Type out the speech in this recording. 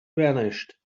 vanished